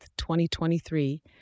2023